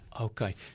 Okay